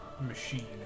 machine